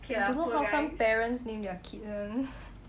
don't know how some parents name their kids [one]